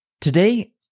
Today